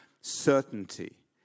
certainty